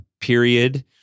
period